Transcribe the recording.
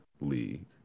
league